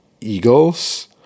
Eagles